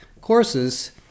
courses